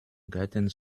gatten